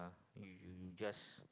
if you just